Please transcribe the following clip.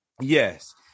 yes